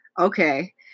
okay